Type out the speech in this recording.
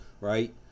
right